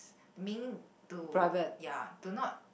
I mean to ya to not